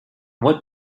what